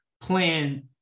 plan